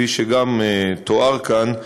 כפי שגם תואר כאן,